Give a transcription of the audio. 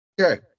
Okay